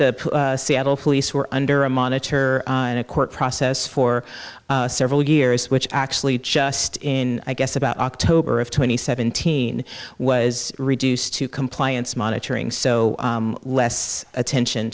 the seattle police were under a monitor and a court process for several years which actually just in i guess about october of twenty seventeen was reduced to compliance monitoring so less attention